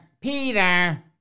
Peter